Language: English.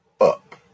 up